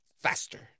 faster